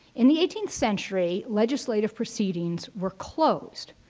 in the eighteenth century, legislative proceedings were closed,